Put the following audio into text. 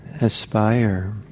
aspire